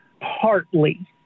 partly